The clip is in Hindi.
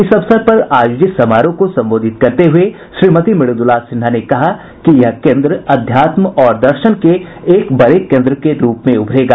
इस अवसर पर आयोजित समारोह को संबोधित करते हुए श्रीमती मृदुला सिन्हा ने कहा कि यह केन्द्र अध्यात्म और दर्शन के एक बड़े केन्द्र के रूप में उभरेगा